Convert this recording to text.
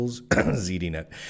ZDNet